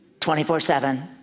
24-7